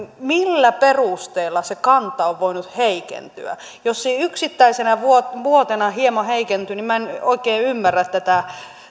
millä perusteella se kanta on voinut heikentyä jos se yksittäisenä vuotena hieman heikentyy niin minä en oikein ymmärrä tätä